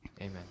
Amen